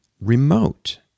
remote